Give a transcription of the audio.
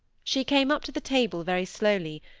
she came up to the table very slowly,